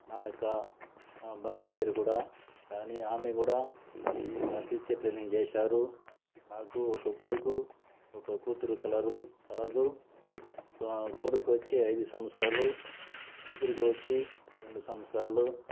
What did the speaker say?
నా యొక్క నా భార్య పేరు కూడ రాణి ఆమె కూడ ఒక టీచర్ ట్రైనింగ్ చేశారు నాకు ఒక కొడుకు ఒక కూతూరు కలరదు కలదు కొడుకొచ్చి ఐదు సంవత్సరాలు కూతురుకోచ్చి రెండు సంవత్సరాలు